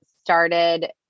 started